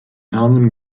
namen